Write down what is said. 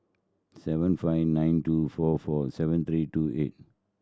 seven five nine two four four seven three two eight